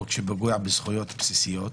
שפוגע על זכויות בסיסיות,